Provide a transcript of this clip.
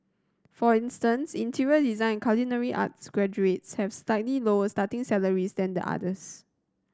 for instance interior design culinary arts graduates have slightly lower starting salaries than the others